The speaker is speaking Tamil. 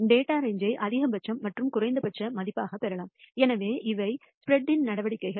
டேட்டா ரேஞ்ச் ஐ அதிகபட்ச மற்றும் குறைந்தபட்ச மதிப்பாகப் பெறலாம் எனவே இவை ஸ்பிரெட் இன் நடவடிக்கைகள்